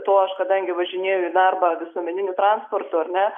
tuo aš kadangi važinėju į darbą visuomeniniu transportu ar ne